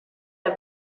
der